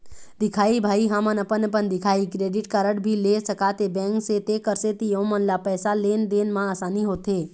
दिखाही भाई हमन अपन अपन दिखाही क्रेडिट कारड भी ले सकाथे बैंक से तेकर सेंथी ओमन ला पैसा लेन देन मा आसानी होथे?